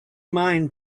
mind